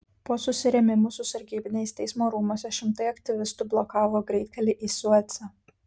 po susirėmimų su sargybiniais teismo rūmuose šimtai aktyvistų blokavo greitkelį į suecą